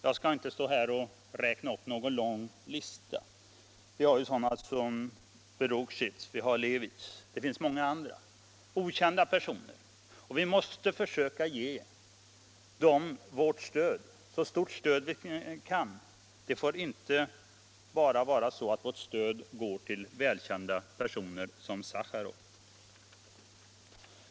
Jag skall inte stå här och räkna upp någon lång lista, men vi har sådana personer som Berukshtis, Levitj och många andra, okända personer. Vi måste försöka ge dem vårt stöd, ett så stort stöd vi kan. Det får inte bara vara så att vårt stöd går till välkända personer som Sacharov.